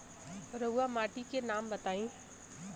रहुआ माटी के नाम बताई?